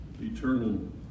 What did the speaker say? eternal